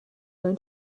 learn